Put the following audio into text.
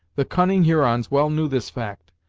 the cunning hurons well knew this fact,